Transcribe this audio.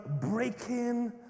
breaking